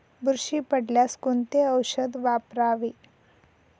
बुरशी पडल्यास कोणते औषध वापरावे?